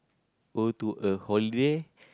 go to a holiday